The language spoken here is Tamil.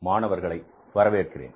மாணவர்களை வரவேற்கிறேன்